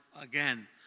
again